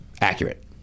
accurate